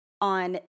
on